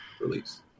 release